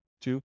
Two